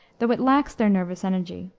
though it lacks their nervous energy.